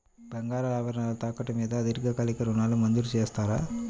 బంగారు ఆభరణాలు తాకట్టు మీద దీర్ఘకాలిక ఋణాలు మంజూరు చేస్తారా?